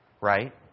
Right